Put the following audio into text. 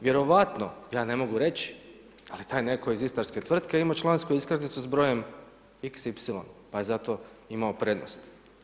Vjerojatno, ja ne mogu reći, ali taj netko iz istarske tvrtke ima člansku iskaznicu s brojem xy, pa je zato imao prednost.